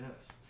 yes